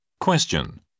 Question